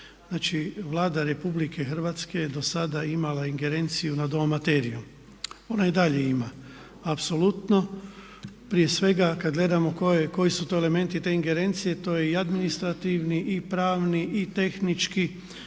znači Vlada Republike Hrvatske dosada je imala ingerenciju nad ovom materijom. Ona i dalje ima apsolutno prije svega kad gledamo koji su to elementi te ingerencije, to je i administrativni i pravni i tehnički